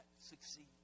succeed